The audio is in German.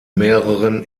mehreren